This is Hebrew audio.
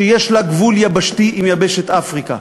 שיש לה גבול יבשתי עם יבשת אפריקה.